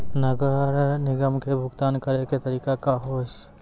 नगर निगम के भुगतान करे के तरीका का हाव हाई?